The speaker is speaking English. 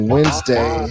Wednesday